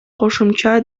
кошумча